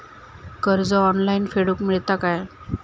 कर्ज ऑनलाइन फेडूक मेलता काय?